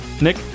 Nick